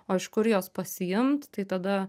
o iš kur jos pasiimt tai tada